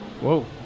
Whoa